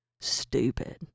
stupid